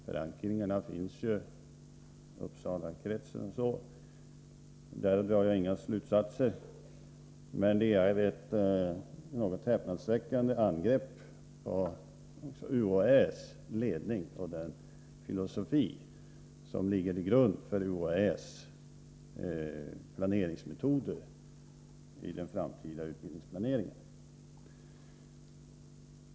Förankringarna finns i Uppsalakretsen. Därav drar jag inga slutsatser, men det är ett något häpnadsväckande angrepp på också UHÄ:s ledning och den filosofi som ligger till grund för UHÄ:s metoder när det gäller att planera den framtida utbildningen.